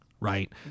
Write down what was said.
Right